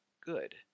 good